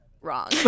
wrong